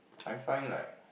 I find like